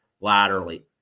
laterally